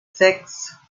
sechs